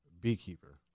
beekeeper